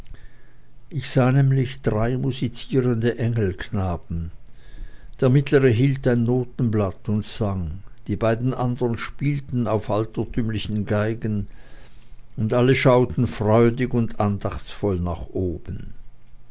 ich sah nämlich drei musizierende engelknaben der mittlere hielt ein notenblatt und sang die beiden anderen spielten auf altertümlichen geigen und alle schauten freudig und andachtsvoll nach oben